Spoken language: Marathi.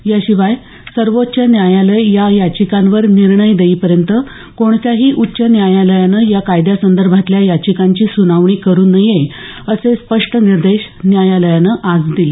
याशिवाय सर्वोच्च न्यायालय या याचिकांवर निर्णय देईपर्यंत कोणत्याही उच्च न्यायालयानं या कायद्यासंदर्भातल्या याचिकांची सुनावणी करू नये असे स्पष्ट निर्देश न्यायालयानं आज दिले